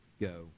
go